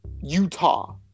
Utah